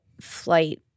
flight